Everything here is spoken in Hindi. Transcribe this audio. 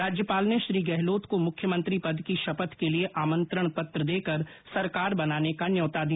राज्यपाल ने श्री गहलोत को मुख्यमंत्री पद की षपथ के लिए आमन्त्रण पत्र देकर सरकार बनाने का न्यौता दिया